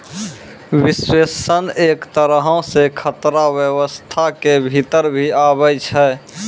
विश्लेषण एक तरहो से खतरा व्यवस्था के भीतर भी आबै छै